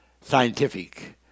scientific